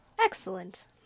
excellent